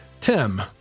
Tim